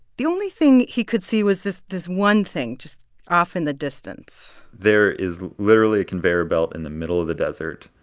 the only thing he could see was this this one thing just off in the distance there is literally a conveyor belt in the middle of the desert.